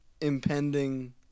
impending